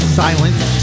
silence